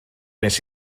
nes